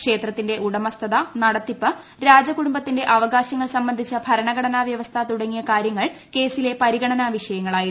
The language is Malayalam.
ക്ഷേത്രത്തിന്റെ ഉടമസ്ഥത നടത്തിപ്പ് രാജകുടുംബത്തിന്റെ അവകാശങ്ങൾ സംബന്ധിച്ച ഭരണഘടനാ വൃവസ്ഥ തുടങ്ങിയ കാര്യങ്ങൾ കേസിലെ പരിഗണനാ വിഷയങ്ങളായിരുന്നു